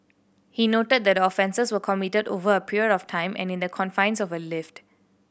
he noted that the offences were committed over a period of time and in the confines of a lift